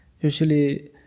usually